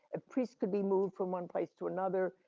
a priests could be moved from one place to another,